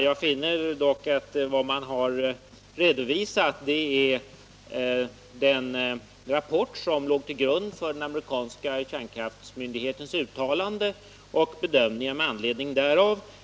Jag finner dock att vad som har redovisats är den rapport som låg till grund för den amerikanska kärnkraftsmyndighetens bedömningar och uttalanden med anledning därav.